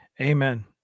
Amen